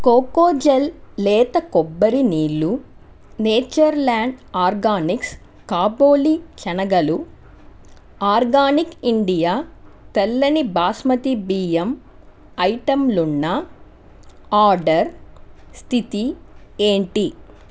కోకోజల్ లేత కొబ్బరి నీళ్ళు నేచర్ల్యాండ్ ఆర్గానిక్స్ కాబోలి శనగలు ఆర్గానిక్ ఇండియా తెల్లని బాస్మతి బియ్యం ఐటెంలున్న ఆర్డర్ స్థితి ఏంటి